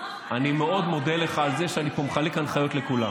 אני מאוד מודה לך על זה שאני פה מחלק הנחיות לכולם.